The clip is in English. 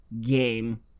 game